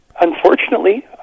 unfortunately